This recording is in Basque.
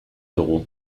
dugu